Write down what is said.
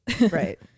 right